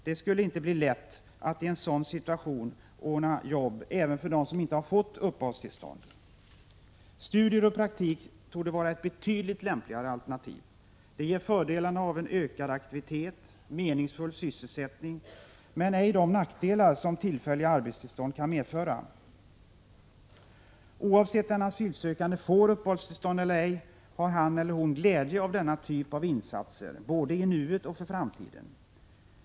Det skulle inte bli lätt att ordna jobb även för dem som inte har fått uppehållstillstånd. Studier och praktik torde vara ett betydligt lämpligare alternativ. Det ger fördelarna av en ökad aktivitet och en meningsfull sysselsättning men ger inte de nackdelar som tillfälliga arbetstillstånd kan medföra. Oavsett om den asylsökande får uppehållstillstånd eller ej har han eller hon glädje av sådana insatser både i nuet och för framtiden.